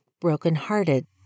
brokenhearted